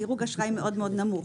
דירוג אשראי מאוד-מאוד נמוך,